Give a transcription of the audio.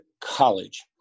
college